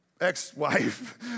ex-wife